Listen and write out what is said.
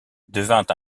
devint